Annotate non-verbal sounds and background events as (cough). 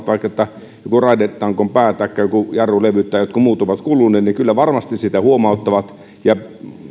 (unintelligible) vaikka että joku raidetangon pää taikka jotkut jarrulevyt tai jotkut muut ovat kuluneet kyllä varmasti siitä huomauttavat ja